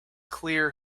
clear